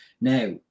now